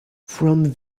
from